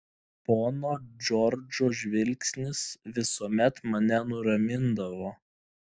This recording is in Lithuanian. pono džordžo žvilgsnis visuomet mane nuramindavo